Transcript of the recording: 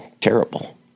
terrible